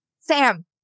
Sam